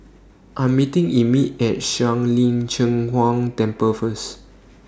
I Am meeting Emit At Shuang Lin Cheng Huang Temple First